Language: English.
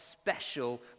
special